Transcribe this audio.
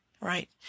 Right